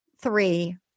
three